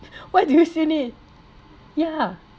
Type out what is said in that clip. why do you still need ya